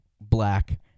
black